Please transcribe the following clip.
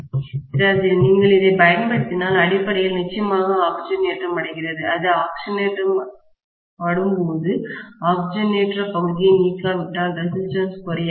பேராசிரியர் நீங்கள் இதைப் பயன்படுத்தினால் அடிப்படையில் நிச்சயமாக ஆக்ஸிஜனேற்றமடைகிறது அது ஆக்ஸிஜனேற்றப்படும்போது ஆக்ஸிஜனேற்ற பகுதியை நீக்காவிட்டால் ரெசிஸ்டன்ஸ் குறையாது